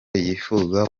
yifuza